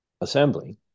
assembly